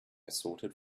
assorted